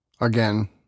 again